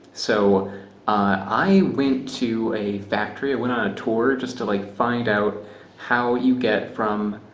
so i went to a factory. i went on a tour just to like find out how you get from